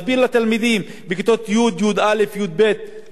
שאם פוגעים לא בורחים, נשארים.